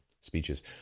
speeches